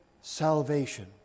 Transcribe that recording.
salvation